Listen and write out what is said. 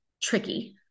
tricky